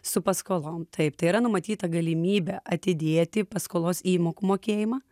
su paskolom taip tai yra numatyta galimybė atidėti paskolos įmokų mokėjimą